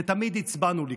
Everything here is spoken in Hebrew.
ותמיד הצבענו ליכוד,